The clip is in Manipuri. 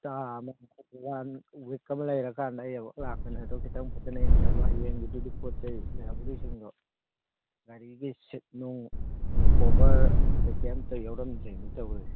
ꯍꯞꯇꯥ ꯑꯃ ꯋꯥꯟ ꯋꯤꯛ ꯑꯃ ꯂꯩꯔꯒ ꯀꯥꯟꯗ ꯑꯩ ꯑꯃꯨꯛ ꯂꯥꯛꯀꯅꯤ ꯑꯗꯨ ꯈꯤꯇꯪ ꯐꯖꯅ ꯌꯦꯡꯁꯤꯜꯂꯨ ꯍꯌꯦꯡꯒꯤꯕꯨꯗꯤ ꯄꯣꯠ ꯆꯩ ꯂꯩꯍꯧꯔꯤꯁꯤꯡꯗꯨ ꯒꯥꯔꯤꯒꯤ ꯁꯤꯠ ꯅꯨꯡ ꯀꯣꯕꯔ ꯀꯔꯤ ꯀꯔꯤ ꯑꯝꯇ ꯌꯥꯎꯔꯝꯗ꯭ꯔꯦꯅꯦ ꯇꯧꯔꯤꯁꯦ